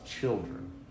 children